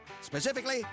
specifically